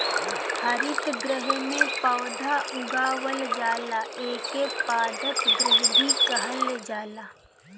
हरितगृह में पौधा उगावल जाला एके पादप गृह भी कहल जाला